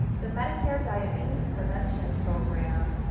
the medicare diabetes prevention program,